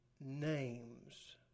names